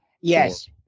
Yes